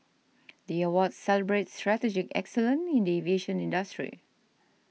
the awards celebrate strategic excellence in the aviation industry